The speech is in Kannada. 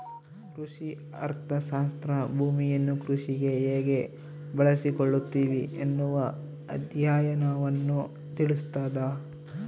ಕೃಷಿ ಅರ್ಥಶಾಸ್ತ್ರ ಭೂಮಿಯನ್ನು ಕೃಷಿಗೆ ಹೇಗೆ ಬಳಸಿಕೊಳ್ಳುತ್ತಿವಿ ಎನ್ನುವ ಅಧ್ಯಯನವನ್ನು ತಿಳಿಸ್ತಾದ